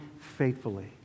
faithfully